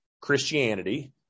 Christianity